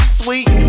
sweet